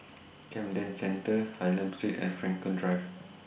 Camden Centre Hylam Street and Frankel Drive